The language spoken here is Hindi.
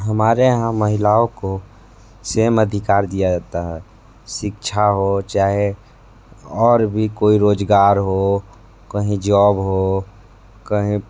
हमारे यहाँ महिलाओं को सेम अधिकार दिया जाता है शिक्षा हो चाहे और भी कोई रोज़गार हो कहीं जॉब हो कहीं